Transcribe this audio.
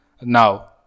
Now